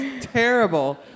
terrible